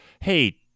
hey